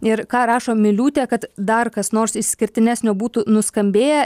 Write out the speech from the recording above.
ir ką rašo miliūtė kad dar kas nors išskirtinesnio būtų nuskambėję